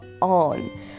on